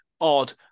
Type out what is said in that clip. odd